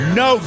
no